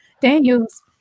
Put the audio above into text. Daniels